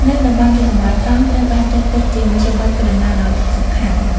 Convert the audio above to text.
នៅតំបន់ជនបទ កង់ត្រូវបានចាត់ទុកជាមធ្យោបាយធ្វើដំណើរដ៏សំខាន់។